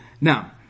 Now